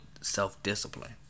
self-discipline